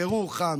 ירוחם,